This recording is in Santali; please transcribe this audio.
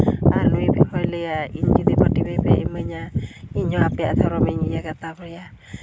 ᱟᱨ ᱱᱩᱭᱴᱟᱜ ᱦᱚᱸᱭ ᱞᱟᱹᱭᱟ ᱤᱧ ᱡᱩᱫᱤ ᱵᱷᱳᱴ ᱯᱮ ᱮᱢᱟᱹᱧᱟ ᱤᱧᱦᱚᱸ ᱟᱯᱮᱭᱟᱜ ᱫᱷᱚᱨᱚᱢ ᱤᱧ ᱤᱭᱟᱹ ᱠᱟᱛᱟ ᱯᱮᱭᱟ